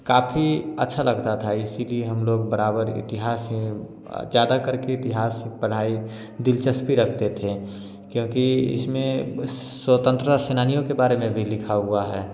काफ़ी अच्छा लगता था इसीलिए हम लोग बराबर इतिहास हीं ज़्यादा करके इतिहास पढ़ाई दिलचस्पी रखते थे क्योंकि इसमें स्वतंत्रता सेनानियों के बारे में भी लिखा हुआ है